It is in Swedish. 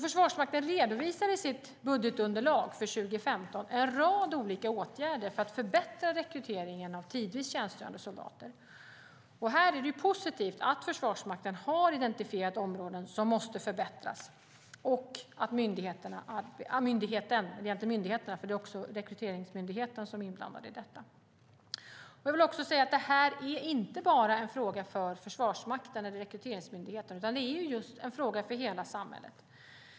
Försvarsmakten redovisar i sitt budgetunderlag för 2015 en rad olika åtgärder för att förbättra rekryteringen av tidvis tjänstgörande soldater. Det är positivt att Försvarsmakten här har identifierat områden som måste förbättras och att myndigheten - egentligen myndigheterna, för Rekryteringsmyndigheten är också inblandad - arbetar med detta. Jag vill också säga att det här inte är en fråga enbart för Försvarsmakten eller Rekryteringsmyndigheten, utan det är en fråga för hela samhället.